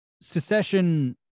Secession